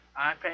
iPad